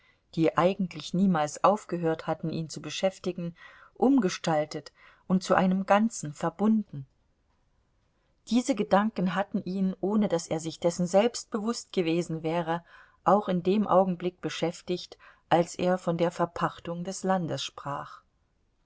die eigentlich niemals aufgehört hatten ihn zu beschäftigen umgestaltet und zu einem ganzen verbunden diese gedanken hatten ihn ohne daß er sich dessen selbst bewußt gewesen wäre auch in dem augenblick beschäftigt als er von der verpachtung des landes sprach